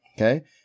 Okay